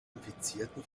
infizierten